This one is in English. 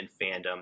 fandom